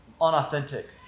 unauthentic